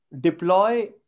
deploy